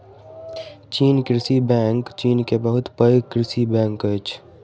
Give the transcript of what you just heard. चीन कृषि बैंक चीन के बहुत पैघ कृषि बैंक अछि